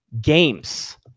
games